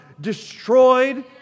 destroyed